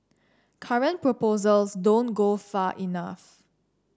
current proposals don't go far enough